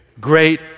great